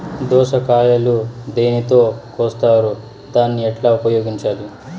దోస కాయలు దేనితో కోస్తారు దాన్ని ఎట్లా ఉపయోగించాలి?